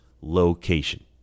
location